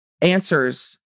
Answers